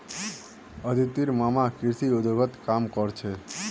अदितिर मामा कृषि उद्योगत काम कर छेक